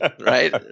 Right